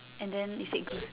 and then you said goose